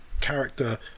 character